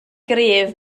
gryf